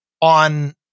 on